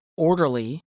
orderly